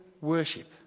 worship